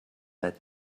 let